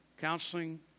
Counseling